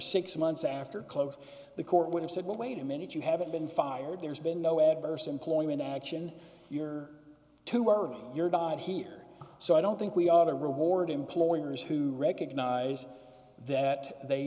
six months after close the court would've said well wait a minute you haven't been fired there's been no adverse employment action your two aren't your guide here so i don't think we ought to reward employers who recognize that they